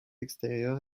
extérieur